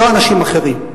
לא אנשים אחרים.